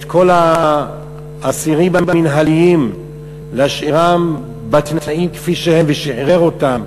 כל האסירים המינהליים להשאיר בתנאים כפי שהם ושחרר אותם,